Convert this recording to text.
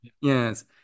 yes